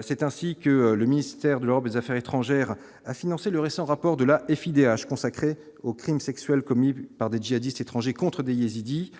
c'est ainsi que le ministère de l'Europe des Affaires étrangères a financé le récent rapport de la FIDH consacré aux crimes sexuels commis par des jihadistes étrangers contre yézidis